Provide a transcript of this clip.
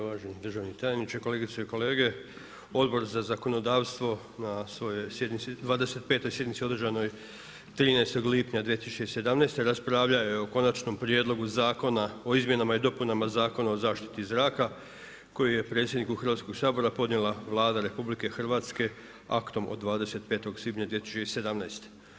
Uvaženi državni tajniče, kolegice i kolege, Odbor za zakonodavstvo na svojoj sjednici, 25 sjednici održanoj 13. lipnja 2017. raspravljao je o konačnom prijedloga Zakona o izmjenama i dopunama Zakona o zaštiti zraka, koju je predsjedniku Hrvatskog sabora, podnijela Vlada Republike Hrvatske, aktom od 25. svibnja 2017.